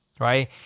right